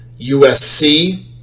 usc